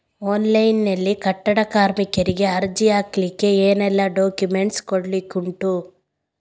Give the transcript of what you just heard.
Online ನಲ್ಲಿ ಕಟ್ಟಡ ಕಾರ್ಮಿಕರಿಗೆ ಅರ್ಜಿ ಹಾಕ್ಲಿಕ್ಕೆ ಏನೆಲ್ಲಾ ಡಾಕ್ಯುಮೆಂಟ್ಸ್ ಕೊಡ್ಲಿಕುಂಟು?